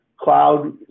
cloud